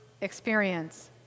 experience